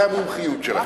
זו המומחיות שלכם.